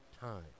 time